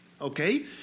Okay